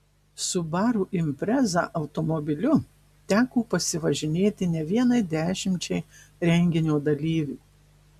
subaru impreza automobiliu teko pasivažinėti ne vienai dešimčiai renginio dalyvių